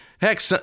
Heck